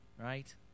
right